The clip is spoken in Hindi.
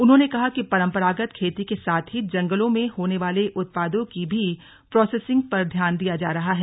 उन्होंने कहा कि परम्परागत खेती के साथ ही जंगलों में होने वाले उत्पादों की भी प्रोसेसिंग पर ध्यान दिया जा रहा है